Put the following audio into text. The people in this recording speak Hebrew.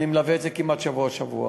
אני מלווה את זה כמעט שבוע-שבוע.